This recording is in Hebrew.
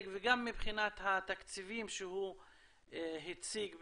וגם מבחינת התקציבים שהוא הציג בדבריו.